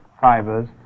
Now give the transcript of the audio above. fibers